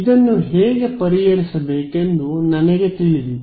ಇದನ್ನು ಹೇಗೆ ಪರಿಹರಿಸಬೇಕೆಂದು ನನಗೆ ತಿಳಿದಿದೆ